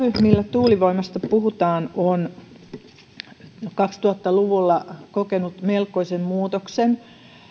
tuulivoimasta puhutaan on kaksituhatta luvulla kokenut melkoisen muutoksen